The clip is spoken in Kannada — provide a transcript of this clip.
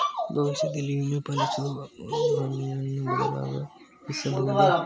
ಭವಿಷ್ಯದಲ್ಲಿ ವಿಮೆ ಪಾಲಿಸಿಯ ನಾಮಿನಿಯನ್ನು ಬದಲಾಯಿಸಬಹುದೇ?